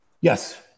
Yes